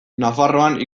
nafarroan